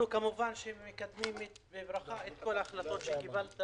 אנחנו כמובן מקדמים בברכה את כל ההחלטות שקיבלת